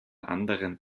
anderen